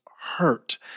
hurt